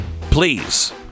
please